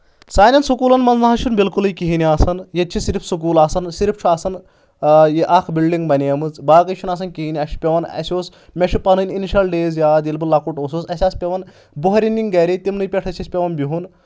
سانؠن سکوٗلن منٛز نہ حظ چھُنہٕ بالکلٕے کِہیٖنۍ آسن ییٚتہِ چھِ صرف سکوٗل آسان صِرف چھُ آسان یہِ اکھ بِلڈِنٛگ بنیمٕژ باقٕے چھُنہٕ آسان کہیٖنۍ اَسہِ چھُ پیٚوان اَسہِ اوس مےٚ چھُ پَنٕنۍ اِنِشَل ڈیز یاد ییٚلہِ بہٕ لۄکُٹ اوسُس اَسہِ آسہٕ پیٚوان بۄہرِ نِنہِ گرے تِمنٕے پؠٹھ اوس پیٚوان اَسہِ بیٚہُن